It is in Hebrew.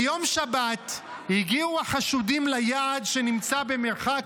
ביום שבת הגיעו החשודים ליעד שנמצא במרחק